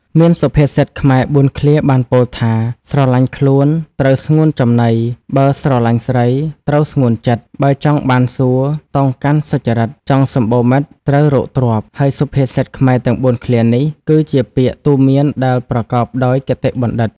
មានសុភាសិតខ្មែរ៤ឃ្លាបានពោលថា ស្រឡាញ់ខ្លួន ត្រូវស្ងួនចំណី បើស្រឡាញ់ស្រី ត្រូវស្ងួនចិត្ត បើចង់បានសួគ៌ តោងកាន់សុចរិត ចង់សំបូរមិត្ត ត្រូវរកទ្រព្យ ហើយសុភាសិតខ្មែរទាំង៤ឃ្លានេះ គឺជាពាក្យទូន្មានដែលប្រកបដោយគតិបណ្ឌិត។